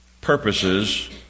purposes